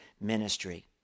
ministry